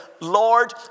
Lord